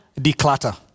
Declutter